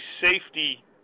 safety